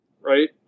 Right